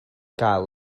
gael